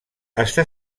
està